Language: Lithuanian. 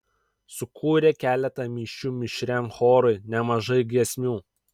sukūrė keletą mišių mišriam chorui nemažai giesmių